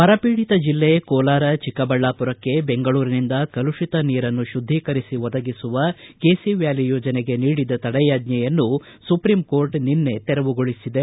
ಬರಪೀಡಿತ ಜಲ್ಲೆ ಕೋಲಾರ ಚಿಕ್ಕಬಳ್ಣಾಪುರಕ್ಕೆ ಬೆಂಗಳೂರಿನಿಂದ ಕಲುಷಿತ ನೀರನ್ನು ಶುಧೀಕರಿಸಿ ಒದಗಿಸುವ ಕೆಸಿ ವ್ಯಾಲಿ ಯೋಜನೆಗೆ ನೀಡಿದ್ದ ತಡೆಯಾಜ್ಜೆಯನ್ನು ಸುಪ್ರೀಂ ಕೋರ್ಟ್ ನಿನ್ನೆ ತೆರವುಗೊಳಿಸಿದೆ